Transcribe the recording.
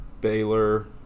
Baylor